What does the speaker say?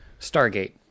Stargate